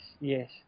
yes